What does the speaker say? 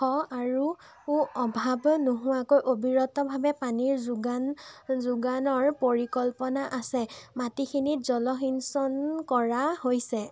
উৎস আৰু অভাৱ নোহোৱাকৈ অবিৰতভাৱে পানীৰ যোগান যোগানৰ পৰিকল্পনা আছে মাটিখিনিত জলসিঞ্চন কৰা হৈছে